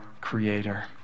Creator